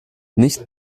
nicht